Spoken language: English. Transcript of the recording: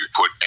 put